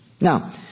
Now